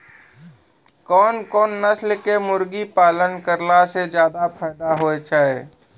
कोन कोन नस्ल के मुर्गी पालन करला से ज्यादा फायदा होय छै?